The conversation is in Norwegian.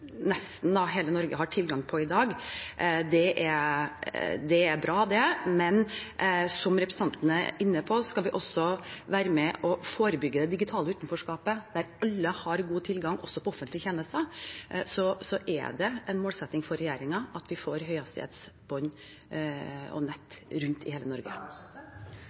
nesten hele Norge har tilgang på i dag, er bra, men som representanten er inne på, skal vi også være med og forebygge det digitale utenforskapet, slik at alle har god tilgang også på offentlige tjenester. Det er en målsetting for regjeringen at vi får høyhastighetsbånd og nett rundt i hele Norge.